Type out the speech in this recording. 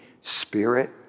spirit